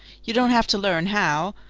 you don't have to learn how.